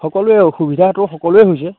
সকলোৱে অসুবিধাটো সকলোৱে হৈছে